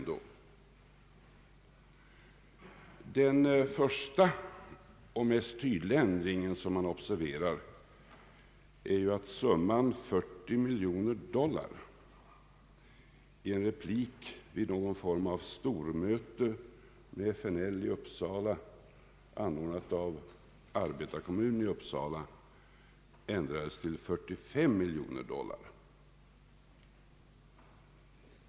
Den första och mest tydliga ändring som man observerar är ju att summan 40 miljoner doilar i en replik vid någon form av stormöte med FNL i Uppsala, anordnat av arbetarkommunen i Uppsala, ändrades till 43 miljoner dollar.